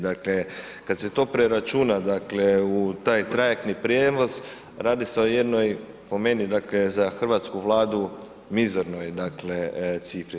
Dakle, kad se to preračuna dakle u taj trajektni prijevoz radi se o jednoj po meni dakle za Hrvatsku vladu mizernoj dakle cifri.